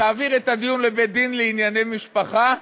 תעביר את הדיון לבית-דין לענייני משפחה,